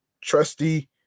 trusty